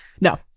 No